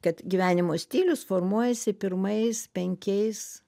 kad gyvenimo stilius formuojasi pirmais penkiais